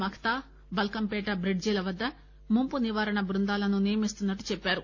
మక్తా బాల్కంపేట బ్రిడ్జిల వద్ద ముంపు నివారణ బృందాలను నియమిస్తున్నట్టు చెప్పారు